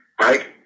Right